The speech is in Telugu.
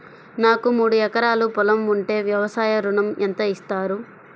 నాకు మూడు ఎకరాలు పొలం ఉంటే వ్యవసాయ ఋణం ఎంత ఇస్తారు?